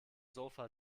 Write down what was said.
sofa